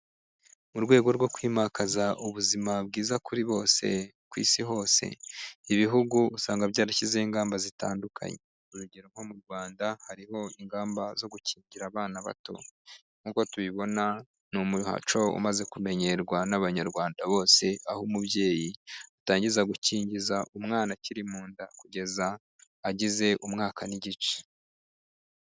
Mu rwego rwo kwimakaza ubuzima bwiza kuri bose ku isi hose ibihugu usanga byarashyizeho ingamba zitandukanye, urugero nko mu rwanda hariho ingamba zo gukingira abana bato, nkuko tubibona ni umuco umaze kumenyerwa n'abanyarwanda bose aho umubyeyi atangiza gukingiza umwana akiri mu nda kugeza agize umwaka n'igice.